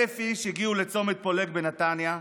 1,000 איש הגיעו לצומת פולג בנתניה,